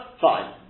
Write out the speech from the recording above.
fine